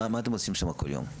מה אתם עושים שם כל יום?